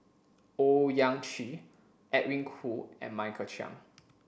Owyang Chi Edwin Koo and Michael Chiang